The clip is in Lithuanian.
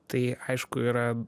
tai aišku yra